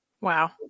Wow